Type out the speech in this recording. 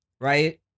right